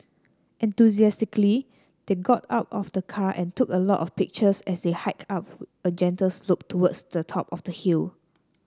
enthusiastically they got out of the car and took a lot of pictures as they hiked up a gentle slope towards the top of the hill